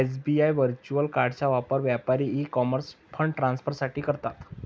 SBI virtual कार्डचा वापर व्यापारी ई कॉमर्स फंड ट्रान्सफर साठी करतात